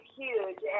huge